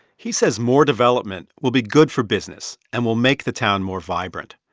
he says more development will be good for business and will make the town more vibrant.